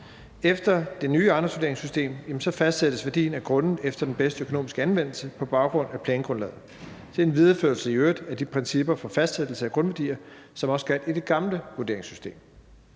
Efter det nye ejendomsvurderingssystem fastsættes værdien af grunde efter den bedste økonomiske anvendelse på baggrund af plangrundlaget. Det er i øvrigt en videreførelse af de principper for fastsættelse af grundværdier, som også gjaldt i det gamle vurderingssystem.